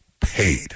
paid